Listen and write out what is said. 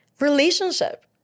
relationship